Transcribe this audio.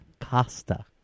Costa